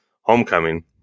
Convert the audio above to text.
Homecoming